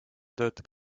töötab